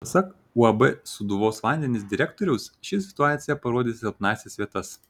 pasak uab sūduvos vandenys direktoriaus ši situacija parodė silpnąsias vietas